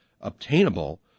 obtainable